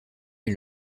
est